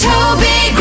Toby